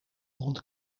rond